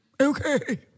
Okay